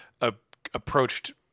approached